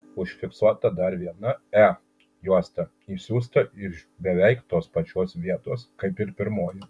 užfiksuota dar viena e juosta išsiųsta iš beveik tos pačios vietos kaip ir pirmoji